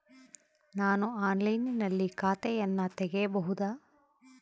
ನಾನು ಆನ್ಲೈನಿನಲ್ಲಿ ಖಾತೆಯನ್ನ ತೆಗೆಯಬಹುದಾ?